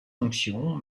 fonctions